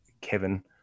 Kevin